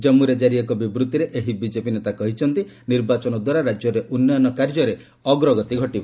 ଜନ୍ମୁରେ ଜାରୀ ଏକ ବିବୃତ୍ତିରେ ଏହି ବିକେପି ନେତା କହିଛନ୍ତି ନିର୍ବାଚନଦ୍ୱାରା ରାଜ୍ୟରେ ଉନ୍ନୟନ କାର୍ଯ୍ୟରେ ଅଗ୍ରଗତି ଘଟିବ